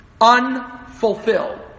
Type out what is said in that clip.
Unfulfilled